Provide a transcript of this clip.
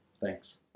Thanks